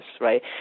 right